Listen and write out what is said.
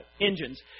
engines